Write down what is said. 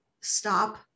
stop